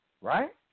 right